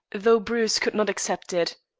though bruce could not accept it.